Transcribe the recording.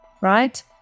right